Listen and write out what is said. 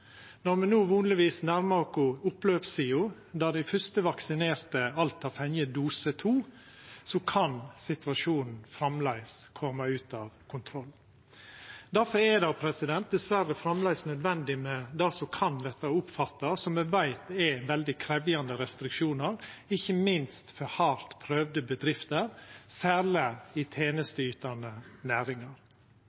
Når me no vonleg nærmar oss oppløpssida der dei første vaksinerte alt har fått dose nr. to, kan situasjonen framleis koma ut av kontroll. Difor er det diverre framleis nødvendig med det som kan verta oppfatta som, og som me veit er, veldig krevjande restriksjonar – ikkje minst for hardt prøvde bedrifter, særleg i